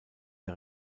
der